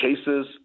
cases